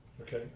Okay